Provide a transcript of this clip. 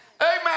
Amen